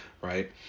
Right